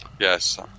Yes